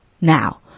Now